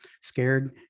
scared